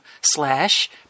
slash